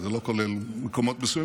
זה לא כולל מקומות מסוימים,